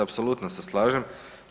Apsolutno se slažem.